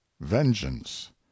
vengeance